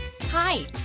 Hi